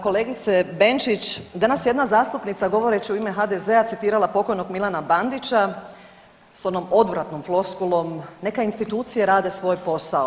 Kolegice Benčić, danas je jedna zastupnica govoreć u ime HDZ-a citirala pokojnog Milana Bandića s onom odvratnom floskulom „neka institucije rade svoj posao“